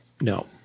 No